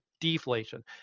deflation